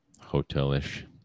Hotel-ish